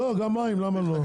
לא גם מים למה לא?